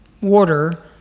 water